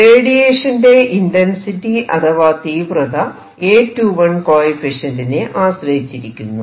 റേഡിയേഷന്റെ ഇന്റെൻസിറ്റി അഥവാ തീവ്രത A21 കോയെഫിഷ്യന്റിനെ ആശ്രയിച്ചിരിക്കുന്നു